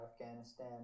Afghanistan